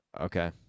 Okay